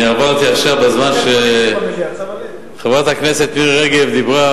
בזמן שחברת הכנסת מירי רגב דיברה,